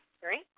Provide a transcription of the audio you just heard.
Great